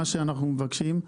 מה שאנחנו מבקשים,